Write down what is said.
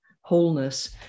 wholeness